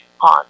on